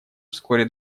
вскоре